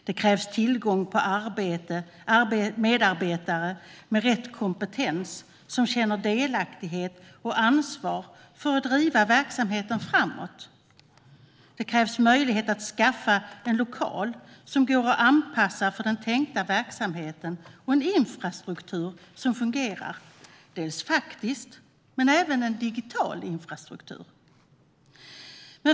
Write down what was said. Det krävs tillgång på medarbetare med rätt kompetens som känner delaktighet och ansvar för att driva verksamheten framåt. Det krävs möjlighet att skaffa en lokal som går att anpassa för den tänkta verksamheten och en infrastruktur som fungerar, och det handlar då både om en faktisk och om en digital infrastruktur.